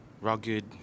rugged